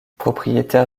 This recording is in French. propriétaire